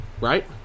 Right